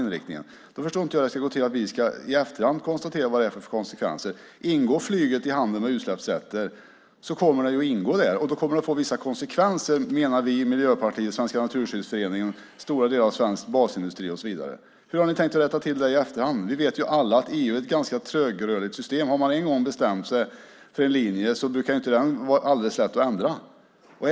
Därför förstår jag inte hur det ska gå till att i efterhand konstatera vad det är för konsekvenser. Ingår flyget i handeln med utsläppsrätter kommer det att få vissa konsekvenser. Det menar vi, Miljöpartiet, Svenska Naturskyddsföreningen, stora delar av svensk basindustri och så vidare. Hur har ni tänkt rätta till det i efterhand? Alla vet vi ju att EU är ett ganska trögrörligt system. Har man en gång bestämt sig för en linje brukar det inte vara alldeles lätt att ändra.